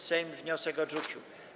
Sejm wniosek odrzucił.